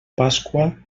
pasqua